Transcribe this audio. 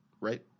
right